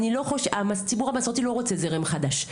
הציבור המסורתי לא רוצה זרם חדש.